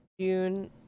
June